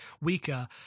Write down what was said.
weaker